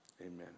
Amen